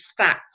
stats